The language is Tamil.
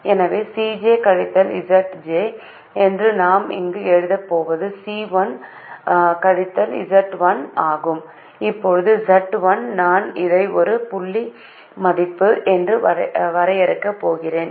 எனவே Cj கழித்தல் Zj என்று நான் இங்கு எழுதப் போவது C1 கழித்தல் Z1 ஆகும் இப்போது Z1 நான் இதை ஒரு புள்ளி மதிப்பு என்று வரையறுக்கப் போகிறேன்